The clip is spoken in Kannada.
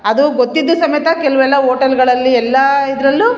ಅದು ಗೊತ್ತಿದ್ದು ಸಮೇತ ಕೆಲವೆಲ್ಲ ಓಟೇಲ್ಗಳಲ್ಲಿ ಎಲ್ಲ ಇದ್ರಲ್ಲು